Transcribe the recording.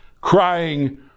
crying